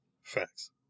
Facts